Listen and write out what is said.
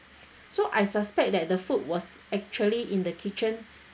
so I suspect that the food was actually in the kitchen